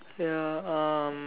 ya um